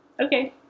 Okay